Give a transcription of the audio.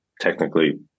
technically